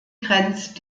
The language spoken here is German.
grenzt